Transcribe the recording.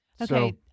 Okay